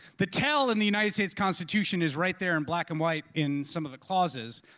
the tell in the united states constitution is right there in black and white in some of the clauses.